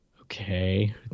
okay